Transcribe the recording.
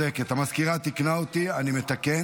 להלן תוצאות ההצבעה: 20 בעד, אין מתנגדים.